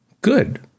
Good